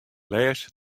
lês